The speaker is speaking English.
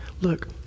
Look